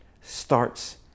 starts